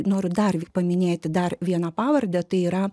noriu dar paminėti dar vieną pavardę tai yra